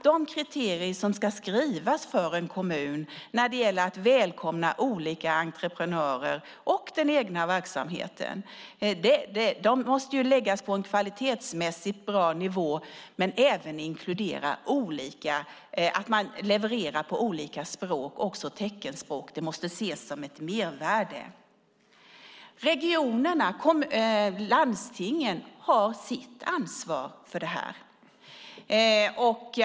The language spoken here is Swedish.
De kriterier som ska skrivas för en kommun när det gäller att välkomna olika entreprenörer och den egna verksamheten måste läggas på en kvalitetsmässigt bra nivå och även inkludera att man levererar på olika språk, också teckenspråk. Det måste se som ett mervärde. Regionerna, landstingen, har sitt ansvar för detta.